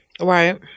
right